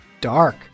dark